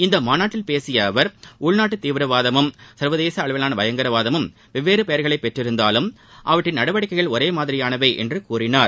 இம்மாநாட்டில் பேசிய அவர் உள்நாட்டு தீவிரவாதமும் சர்வதேச அளவிலான பயங்கரவாதமும் வெவ்வேறு பெயர்களை பெற்றிருந்தாலும் அவற்றின் நடவடிக்கைகள் ஒரே மாதிரியானவை என்று கூறினார்